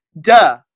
Duh